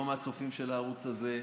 לא מהצופים של הערוץ הזה,